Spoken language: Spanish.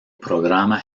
programa